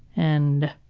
and